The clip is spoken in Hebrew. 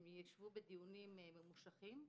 הם יושבים בדיונים ממושכים.